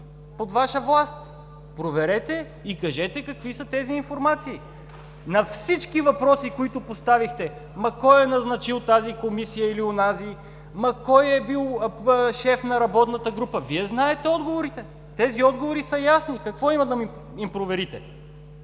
под Ваша власт. Проверете и кажете какви са тези информации. На всички въпроси, които поставихте – кой е назначил тази Комисия или онази? Кой е бил шеф на работната група? Вие знаете отговорите. Тези отговори са ясни. Какво има да им проверите?